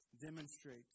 demonstrate